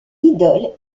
idole